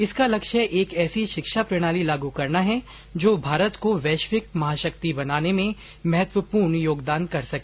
इसका लक्ष्य एक ऐसी शिक्षा प्रणाली लागू करना है जो भारत को वैश्विक महाशक्ति बनाने में महत्वपूर्ण योगदान कर सके